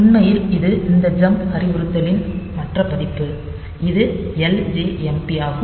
உண்மையில் இது இந்த ஜம்ப் அறிவுறுத்தலின் மற்ற பதிப்பு அது ljmp ஆகும்